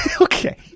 Okay